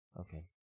Okay